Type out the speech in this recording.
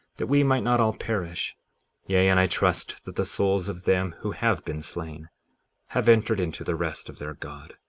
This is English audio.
that we might not all perish yea, and i trust that the souls of them who have been slain have entered into the rest of their god.